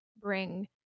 bring